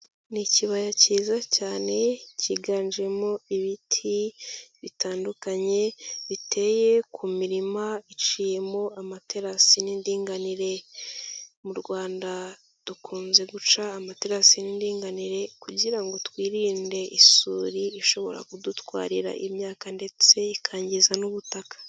Ni ikibaya kiza cyane kiganjemo ibiti bitandukanye biteye ku mirima iciyemo amaterasi n'indinganire, mu Rwanda dukunze guca amaterasi n'indinganire kugira ngo twirinde isuri ishobora kudutwarira imyaka ndetse ikangiza n'ubutaka.